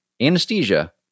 anesthesia